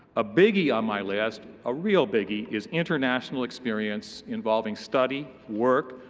a biggie on my list, a real biggie, is international experience involving study, work,